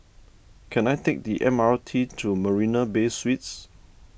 can I take the M R T to Marina Bay Suites